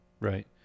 right